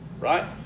right